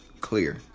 clear